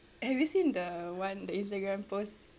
have you see the one the instagram post